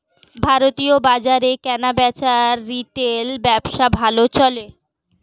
ভারতীয় বাজারে কেনাবেচার রিটেল ব্যবসা ভালো চলে